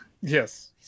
Yes